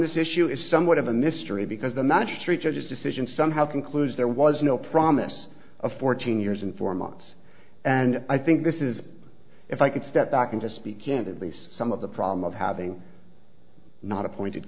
this issue is somewhat of a mystery because the magistrate judge's decision somehow concludes there was no promise of fourteen years and four months and i think this is if i could step back and just be candidly some of the problem of having not appointed